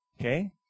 Okay